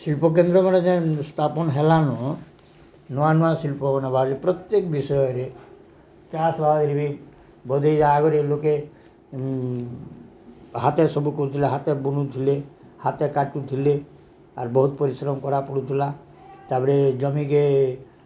ଶିଳ୍ପକେନ୍ଦ୍ରମାନ ଯେ ସ୍ଥାପନ ହେଲାନ ନୂଆ ନୂଆ ଶିଳ୍ପମାନେ ବାରୁ ପ୍ରତ୍ୟେକ ବିଷୟରେ ଚାଷ ହେବା ବି ବୋଇଲେ ଇହାଦେ ଲୋକେ ହାତରେ ସବୁ କରୁଥିଲେ ହାତରେ ବୁଣୁଥିଲେ ହାତରେ କାଟୁଥିଲେ ଆର୍ ବହୁତ ପରିଶ୍ରମ କରବାକେ ପଡ଼ୁଥିଲା ତାପରେ ଜମିକେ